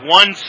one